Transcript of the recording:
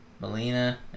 Melina